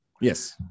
Yes